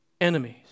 enemies